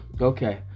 Okay